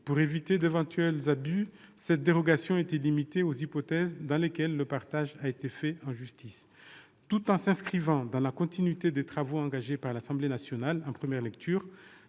Pour éviter d'éventuels abus, cette dérogation était limitée aux hypothèses dans lesquelles le partage a été fait en justice. Tout en s'inscrivant dans la continuité des travaux engagés par l'Assemblée nationale, en première lecture,